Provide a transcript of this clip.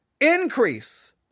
increase